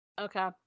Okay